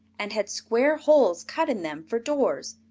and had square holes cut in them for doors,